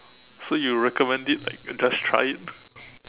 so you recommend it like just try it